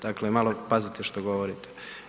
Dakle, malo pazite što govorite.